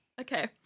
Okay